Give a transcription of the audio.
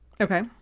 Okay